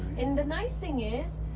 and the nice thing is,